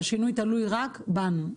שהשינוי תלוי רק בנו.